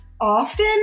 often